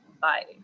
bye